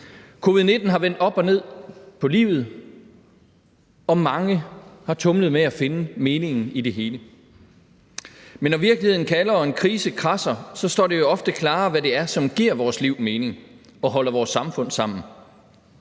Covid-19 har vendt op og ned på livet, og mange har tumlet med at finde meningen i det hele. Men når virkeligheden kalder og en krise kradser, står det jo ofte klarere, hvad det er, der giver vores liv mening og holder vores samfund sammen.